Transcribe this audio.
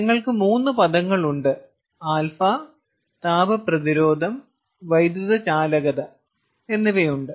നിങ്ങൾക്ക് മൂന്ന് പദങ്ങളുണ്ട് α താപ പ്രതിരോധം വൈദ്യുത ചാലകത എന്നിവയുണ്ട്